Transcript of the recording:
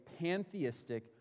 pantheistic